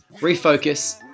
refocus